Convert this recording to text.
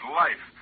life